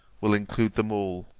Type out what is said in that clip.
will include them all.